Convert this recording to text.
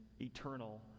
eternal